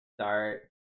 start